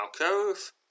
alcove